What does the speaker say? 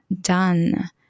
done